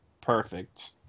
perfect